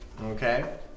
Okay